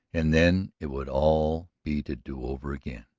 and then it would all be to do over again.